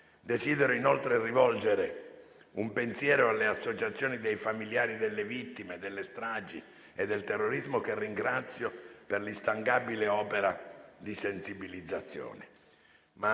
Desidero inoltre rivolgere un pensiero alle associazioni dei familiari delle vittime delle stragi e del terrorismo che ringrazio per l'instancabile opera di sensibilizzazione.